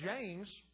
James